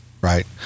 Right